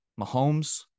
Mahomes